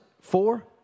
Four